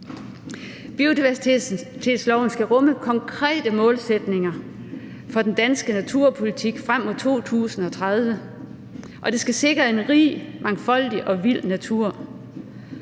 Biodiversitetsloven skal rumme konkrete målsætninger for den danske naturpolitik frem mod 2030, og den skal sikre en rig, mangfoldig og vild natur.